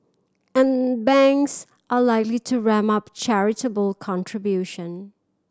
and banks are likely to ramp up charitable contribution